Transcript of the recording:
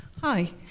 Hi